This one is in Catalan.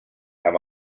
amb